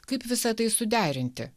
kaip visa tai suderinti